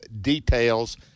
details